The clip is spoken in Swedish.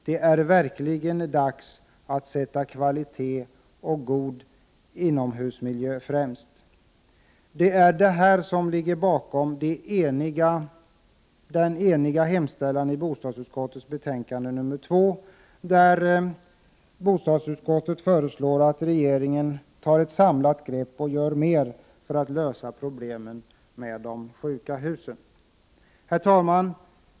Det är verkligen dags att sätta kvalitet och god inomhusmiljö främst. Det är detta som ligger bakom den eniga hemställan i bostadsutskottets betänkande 2, där bostadsutskottet föreslår att regeringen tar ett samlat grepp och gör mer för att lösa problemen med de sjuka husen. Herr talman!